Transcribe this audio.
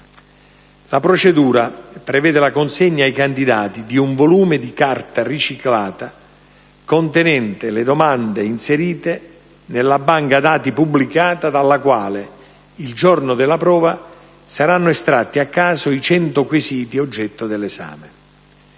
La procedura prevede la consegna ai candidati di un volume di carta riciclata contenente le domande inserite nella banca dati pubblicata dalla quale, il giorno della prova, saranno estratti a caso i 100 quesiti oggetto dell'esame.